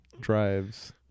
drives